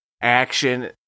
action